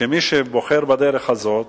שמי שבוחר בדרך הזאת,